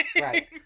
right